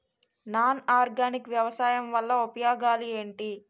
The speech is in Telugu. నాన్ ఆర్గానిక్ వ్యవసాయం వల్ల ఉపయోగాలు ఏంటీ?